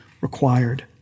required